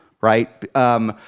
right